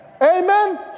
Amen